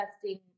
testing